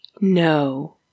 No